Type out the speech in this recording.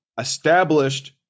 established